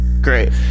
great